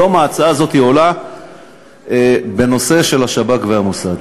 היום ההצעה הזאת עולה בנושא של השב"כ והמוסד.